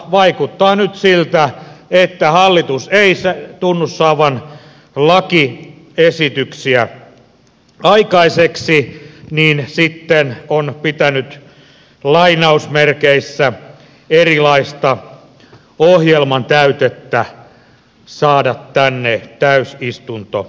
vaikuttaa nyt siltä että kun hallitus ei tunnu saavan lakiesityksiä aikaiseksi niin sitten on pitänyt erilaista ohjelman täytettä saada tänne täysistuntosaliin